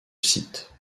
site